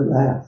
laugh